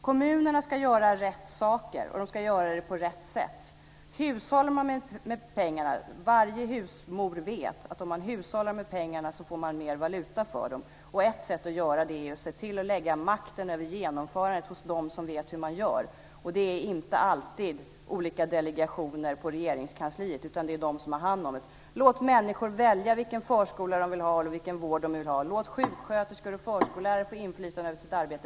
Kommunerna ska göra rätt saker, och de ska göra det på rätt sätt. Varje husmor vet att om man hushållar med pengarna så får man mer valuta för dem. Ett sätt att göra det är ju att se till att lägga makten över genomförandet hos dem som vet hur man gör. Och det är inte alltid olika delegationer på Regeringskansliet, utan det är de som har hand om detta. Låt människor välja vilken förskola eller vård de vill ha! Låt sjuksköterskor och förskollärare få inflytande över sitt arbete!